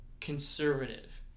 conservative